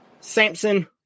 Samson